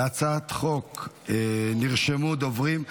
להצעת החוק נרשמו דוברים.